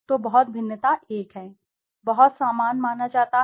तो बहुत भिन्नता 1 है बहुत समान माना जाता है